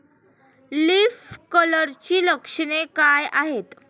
Leaf कर्लची लक्षणे काय आहेत?